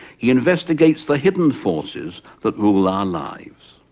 he investigates the hidden forces that rule our lives.